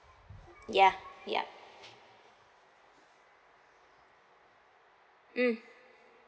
ya ya mm